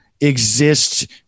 exist